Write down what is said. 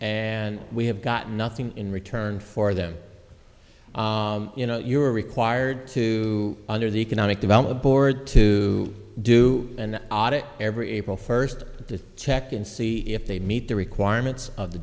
and we have got nothing in return for them you know you are required to under the economic development board to do an audit every april first to check and see if they meet the requirements of the